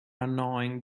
annoying